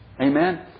Amen